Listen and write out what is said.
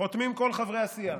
חותמים כל חברי הסיעה,